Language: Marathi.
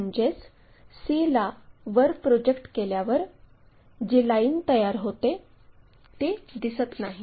म्हणजेच c ला वर प्रोजेक्ट केल्यावर जी लाईन तयार होते ती दिसत नाही